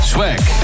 Swag